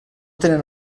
tenen